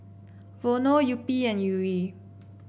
Vono Yupi and Yuri